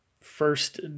first